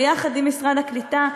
ויחד עם משרד העלייה והקליטה,